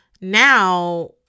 now